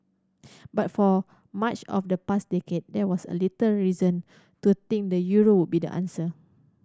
but for much of the past decade there was a little reason to think the euro would be the answer